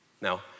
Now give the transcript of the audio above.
Now